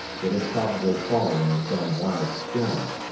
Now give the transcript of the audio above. that had probably fallen in some wild storm,